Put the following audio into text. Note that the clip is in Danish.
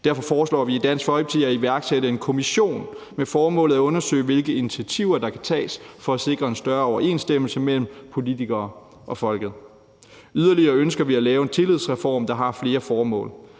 Derfor foreslår vi i Dansk Folkeparti at nedsætte en kommission med det formål at undersøge, hvilke initiativer der kan tages for at sikre en større overensstemmelse mellem politikerne og folket. Yderligere ønsker vi at lave en tillidsreform, der har flere formål.